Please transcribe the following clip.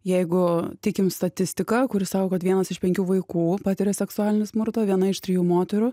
jeigu tikim statistika kuri sako kad vienas iš penkių vaikų patiria seksualinį smurtą viena iš trijų moterų